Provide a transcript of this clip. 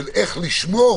איך לשמור